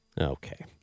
Okay